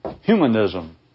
humanism